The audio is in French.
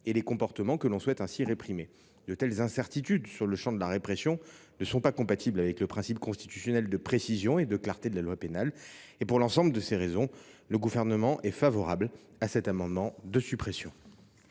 les comportements que l’on souhaite ainsi réprimer. De telles incertitudes sur le champ de la répression ne sont pas compatibles avec le principe constitutionnel de précision et de clarté de la loi pénale. Le Gouvernement a donc émis un avis favorable sur cet amendement. Je mets